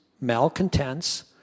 malcontents